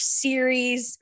series